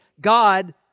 God